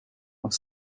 auf